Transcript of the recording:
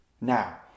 now